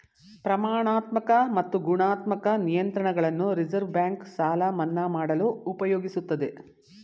ಪ್ರಮಾಣಾತ್ಮಕ ಮತ್ತು ಗುಣಾತ್ಮಕ ನಿಯಂತ್ರಣಗಳನ್ನು ರಿವರ್ಸ್ ಬ್ಯಾಂಕ್ ಸಾಲ ಮನ್ನಾ ಮಾಡಲು ಉಪಯೋಗಿಸುತ್ತದೆ